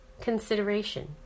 Consideration